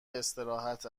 استراحت